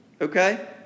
Okay